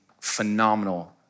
phenomenal